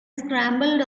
scrambled